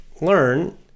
learn